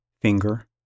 Finger